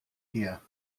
tier